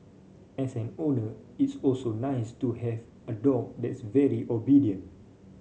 as an owner it's also nice to have a dog that's very obedient